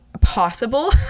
possible